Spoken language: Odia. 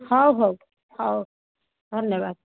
ହଉ ହଉ ହଉ ଧନ୍ୟବାଦ